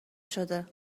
شده